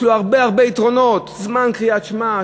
יש לו מכך הרבה הרבה יתרונות: זמן קריאת שמע,